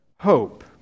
hope